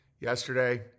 yesterday